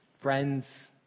friends